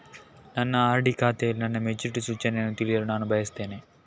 ನನ್ನ ಆರ್.ಡಿ ಖಾತೆಯಲ್ಲಿ ನನ್ನ ಮೆಚುರಿಟಿ ಸೂಚನೆಯನ್ನು ತಿಳಿಯಲು ನಾನು ಬಯಸ್ತೆನೆ